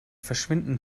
verschwinden